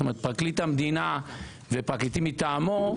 זאת אומרת פרקליט המדינה ופרקליטים מטעמו,